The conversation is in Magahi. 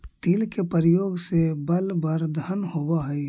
तिल के प्रयोग से बलवर्धन होवअ हई